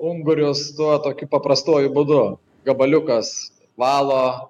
ungurius tuo tokiu paprastuoju būdu gabaliukas valo